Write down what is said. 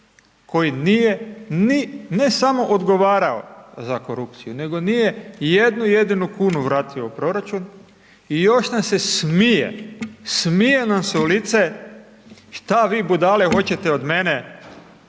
koji nije ni, ne samo odgovarao za korupciju, nego nije jednu jedinu kunu vratio u proračun i još nam se smije, smije nam se u lice, šta vi budale hoćete od mene,